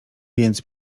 więc